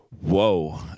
Whoa